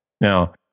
Now